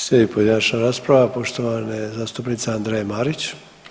Slijedi pojedinačna rasprava poštovane zastupnice Andreje Marić.